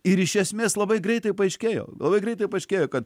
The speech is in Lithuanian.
ir iš esmės labai greitai paaiškėjo labai greitai paaiškėjo kad